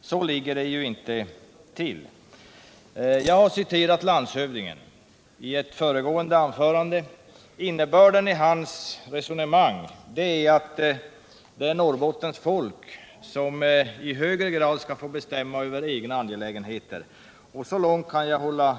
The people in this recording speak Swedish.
Så ligger det ju inte till. Jag har citerat landshövdingen i ett föregående anförande. Innebörden i hans resonemang är att Norrbottens folk i högre grad skall få bestämma över egna angelägenheter, och så långt kan jag